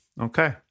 Okay